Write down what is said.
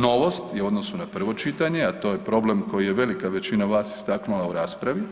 Novosti u odnosu na prvo čitanje, a to je problem koji je velika većina vas istaknula u raspravi,